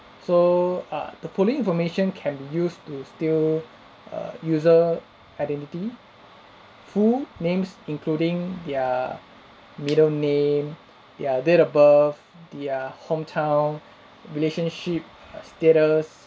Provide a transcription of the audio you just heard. so err the following information can be used to steal err user identity full names including their middle name their date of birth their hometown relationship err status